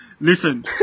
Listen